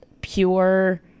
pure